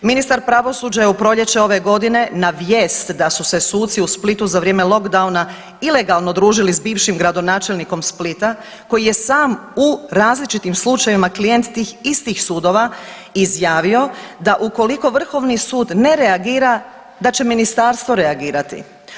Ministar pravosuđa je u proljeće ove godine na vijest da su se suci u Splitu za vrijeme lock downa ilegalno družili sa bivšim gradonačelnikom Splita, koji je sam u različitim slučajevima klijent tih istih sudova izjavio da ukoliko Vrhovni sud ne reagira, da će Ministarstvo reagirati.